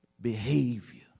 Behavior